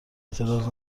اعتراض